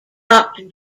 doctor